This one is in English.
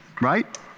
right